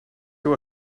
seu